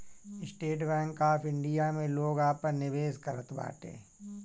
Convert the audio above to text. estate bank of India में लोग आपन निवेश करत बाटे